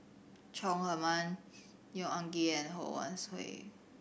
Chong Heman Neo Anngee and Ho Wan Hui